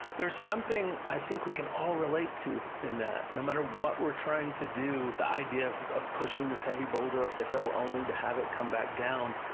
there is something i think we can all relate to in that, no matter what we're trying to do. the idea of of pushing this heavy boulder up the hill only to have it come back down.